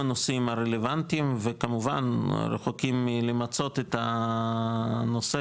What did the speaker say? נושאים רלבנטיים וכמובן רחוקים מלמצות את הנשוא,